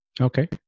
Okay